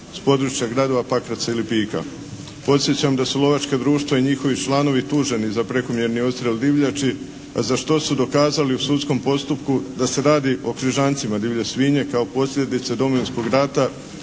s područja gradova Pakraca i Lipika. Podsjećam da su lovačka društva i njihovi članovi tuženi za prekomjerni odstrel divljači a za što su dokazali u sudskom postupku da se radi o križancima divlje svinje kao posljedice Domovinskog rata